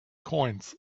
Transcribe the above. coins